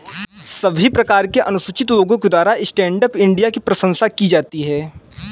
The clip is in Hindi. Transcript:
सभी भारत के अनुसूचित लोगों के द्वारा स्टैण्ड अप इंडिया की प्रशंसा की जाती है